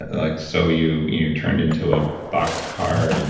like so, you you turned into a box car and,